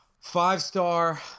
Five-star